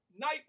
Night